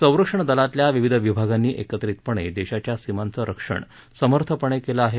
संरक्षण दलातल्या विविध विभागांनी एकत्रितपणे देशाच्या सीमांचं रक्षण समर्थपणे केलं आहे